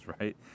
right